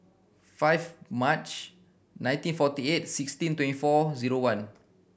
five March nineteen forty eight sixteen twenty four zero one